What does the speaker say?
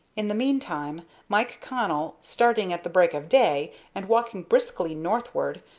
in the meantime mike connell, starting at the break of day, and walking briskly northward,